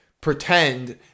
pretend